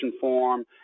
form